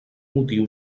motiu